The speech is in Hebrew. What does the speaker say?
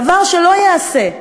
דבר שלא ייעשה.